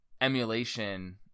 emulation